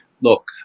look